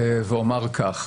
ואומר כך: